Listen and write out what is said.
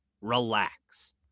relax